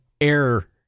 error